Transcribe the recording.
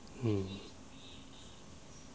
um